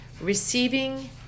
receiving